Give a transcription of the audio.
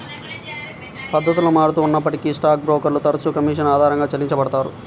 పద్ధతులు మారుతూ ఉన్నప్పటికీ స్టాక్ బ్రోకర్లు తరచుగా కమీషన్ ఆధారంగా చెల్లించబడతారు